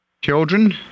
Children